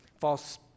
False